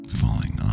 falling